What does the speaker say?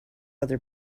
other